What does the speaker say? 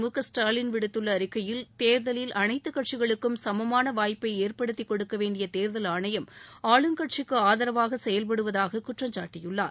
முகஸ்டாலின் விடுத்துள்ள அறிக்கையில் தேர்தலில் அனைத்துக் கட்சிகளுக்கும் சம்மான வாய்ப்பை ஏற்படுத்திக் கொடுக்க வேண்டிய தேர்தல் ஆணையம் ஆளும் கட்சிக்கு ஆதரவாக செயல்படுவதாக குற்றம் சாட்டியுள்ளார்